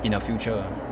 in the future